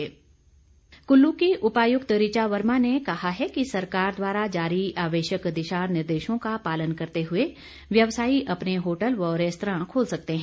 निर्देश कुल्लू की उपायुक्त ऋचा वर्मा ने कहा है कि सरकार द्वारा जारी आवश्यक दिशा निर्देशों का पालन करते हुए व्यवसायी अपने होटल व रेस्तरां खोल सकते हैं